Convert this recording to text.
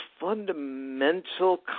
fundamental